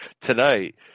tonight